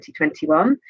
2021